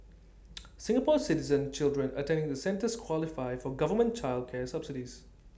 Singapore Citizen children attending the centres qualify for government child care subsidies